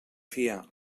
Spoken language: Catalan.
fiar